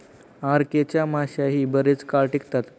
RK च्या माश्याही बराच काळ टिकतात